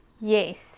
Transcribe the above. Yes